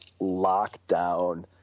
lockdown